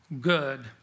good